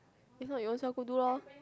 if not you all self go do lor